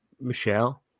Michelle